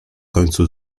końcu